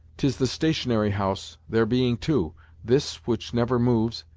tis the stationary house, there being two this, which never moves,